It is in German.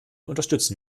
unterstützen